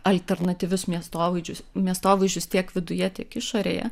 alternatyvius miestovaizdžius miestovaizdžius tiek viduje tiek išorėje